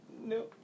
no